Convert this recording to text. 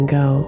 go